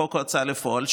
חוק ההוצאה לפועל,